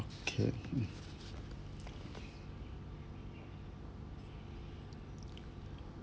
okay mm